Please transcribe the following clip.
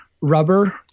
rubber